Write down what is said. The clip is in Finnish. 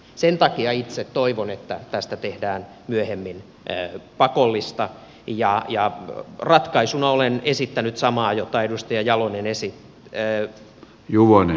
sen takia itse toivon että tästä tehdään myöhemmin pakollista ja ratkaisuna olen esittänyt samaa jota edustaja jalonen esitti juvonen